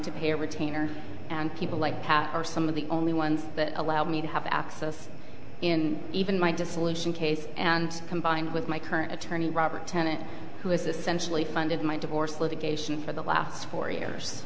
to pay a retainer and people like pat are some of the only ones that allowed me to have access in even my dissolution case and combined with my current attorney robert tenet who is essentially funded my divorce litigation for the last four years